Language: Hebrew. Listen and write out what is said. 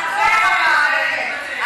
בתוך המערכת,